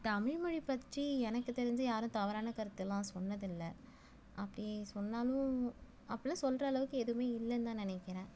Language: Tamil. தமிழ் மொழி பற்றி எனக்கு தெரிஞ்சு யாரும் தவறான கருத்தெல்லாம் சொன்னதில்லை அப்படி சொன்னாலும் அப்படிலாம் சொல்கிற அளவுக்கு எதுவுமே இல்லைன்னுதான் நினக்கிறேன்